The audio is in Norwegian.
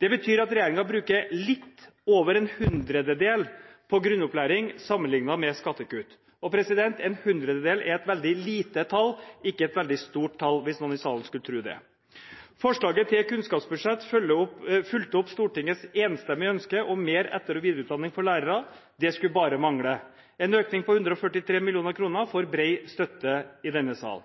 Det betyr at regjeringen bruker litt over en hundredel på grunnopplæring sammenlignet med skattekutt. En hundredel er et veldig lite tall, ikke et veldig stort tall, hvis noen i salen skulle tro det. Forslaget til kunnskapsbudsjett fulgte opp Stortingets enstemmige ønske om mer til etter- og videreutdanning for lærerne – det skulle bare mangle! En økning på 143 mill. kr får bred støtte i denne sal.